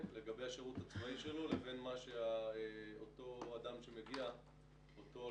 לגבי השירות הצבאי שלו לבין מה שאותו הלום קרב מגיע ומציג.